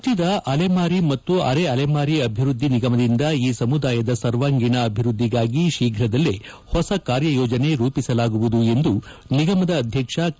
ರಾಜ್ಯದ ಅಲೆಮಾರಿ ಮತ್ತು ಅರೆ ಅಲೆಮಾರಿ ಅಭಿವೃದ್ದಿ ನಿಗಮದಿಂದ ಈ ಸಮುದಾಯದ ಸರ್ವಾಂಗೀಣ ಅಭಿವೃದ್ದಿಗಾಗಿ ಶೀಘ್ರದಲ್ಲೇ ಹೊಸ ಕಾರ್ಯಯೋಜನೆ ರೂಪಿಸಲಾಗುವುದು ಎಂದು ನಿಗಮದ ಅಧ್ಯಕ್ಷ ಕೆ